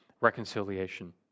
reconciliation